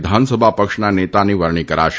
વિધાનસભા પક્ષના નેતાની વરણી કરાશે